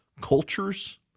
Cultures